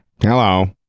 Hello